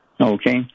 Okay